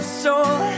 soul